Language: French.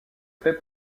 fait